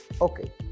Okay